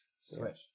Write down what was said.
Switch